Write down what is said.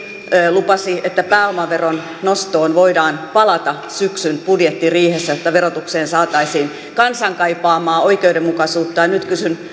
lupasi että pääomaveron nostoon voidaan palata syksyn budjettiriihessä että verotukseen saataisiin kansan kaipaamaa oikeudenmukaisuutta ja nyt kysyn